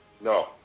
No